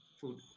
food